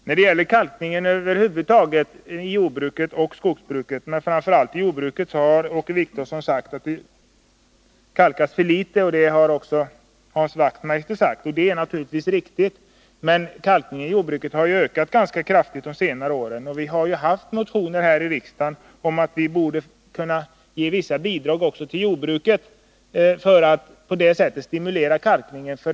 När det gäller kalkningen över huvud taget i jordoch skogsbruket, men framför allt i jordbruket, sade Åke Wictorsson och Hans Wachtmeister att det kalkas för litet. Det är naturligtvis riktigt, men kalkningen i jordbruket har ökat ganska kraftigt under de senare åren. Och vi har här i riksdagen behandlat motioner om att vi borde kunna ge vissa bidrag också till jordbruket för att på det sättet stimulera kalkning.